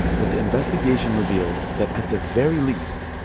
but the investigation reveals that at the very least.